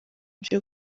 byo